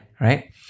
right